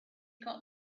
got